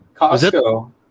Costco